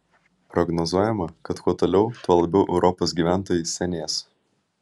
prognozuojama kad kuo toliau tuo labiau europos gyventojai senės